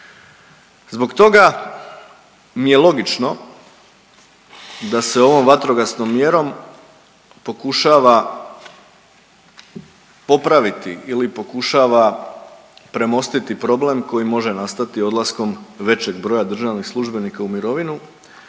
Zbog toga mi je logično da se ovom vatrogasnom mjerom pokušava popraviti ili pokušava premostiti problem koji može nastati odlaskom većeg broja državnih službenika u mirovinu,